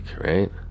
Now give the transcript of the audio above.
right